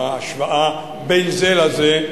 ההשוואה בין זה לזה,